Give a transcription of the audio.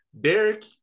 Derek